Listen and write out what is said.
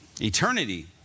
Eternity